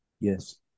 Yes